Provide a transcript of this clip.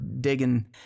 digging